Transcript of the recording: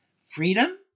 freedom